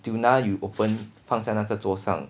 tuna you open 放在那个桌上